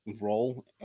Role